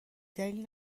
دلیل